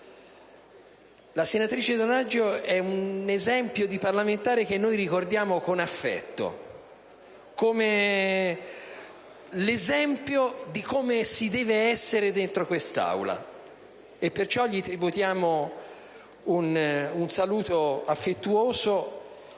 La senatrice Donaggio è un esempio di parlamentare che ricordiamo con affetto, l'esempio di come si deve essere dentro quest'Aula. Le tributiamo pertanto un saluto affettuoso